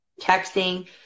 texting